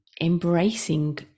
embracing